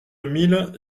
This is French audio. mille